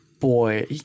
boy